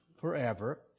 forever